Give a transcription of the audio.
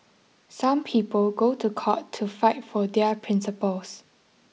some people go to court to fight for their principles